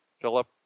Philip